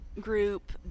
group